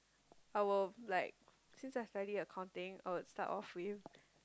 I will like since I study accounting I would start off with